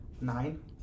Nine